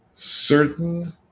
Certain